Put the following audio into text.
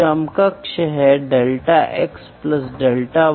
तो ये मॉनिटरिंग या ऑपरेशनल माप हैं जो आमतौर पर एक नियंत्रण प्रणाली का एक हिस्सा हैं